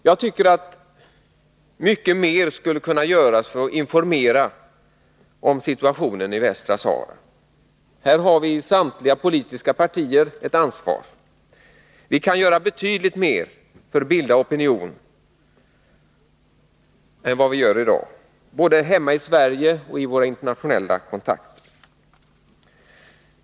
Jag tycker att mycket mer skulle kunna göras för att informera om situationen i Västra Sahara. Här har vi i samtliga politiska partier ett ansvar. Vi kan göra betydligt mer för att bilda opinion än vad vi gör i dag, både hemma i Sverige och genom våra internationella kontakter.